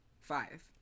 Five